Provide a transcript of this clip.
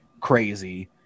crazy